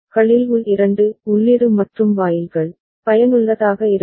களில் உள் 2 உள்ளீடு மற்றும் வாயில்கள் பயனுள்ளதாக இருக்கும்